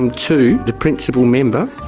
um to the principal member